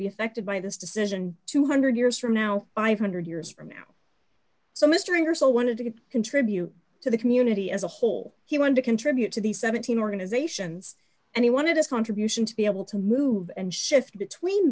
be affected by this decision two hundred years from now five hundred years from now so mr ingersoll wanted to contribute to the community as a whole he wanted to contribute to these seventeen organizations and he wanted his contribution to be able to move and shift between